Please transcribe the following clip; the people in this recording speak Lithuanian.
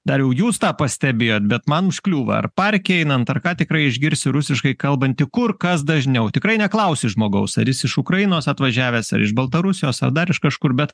dariau jūs tą pastebėjot bet man užkliūva ar parke einant ar ką tikrai išgirsi rusiškai kalbantį kur kas dažniau tikrai neklausi žmogaus ar jis iš ukrainos atvažiavęs ar iš baltarusijos ar dar iš kažkur bet